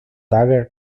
dagger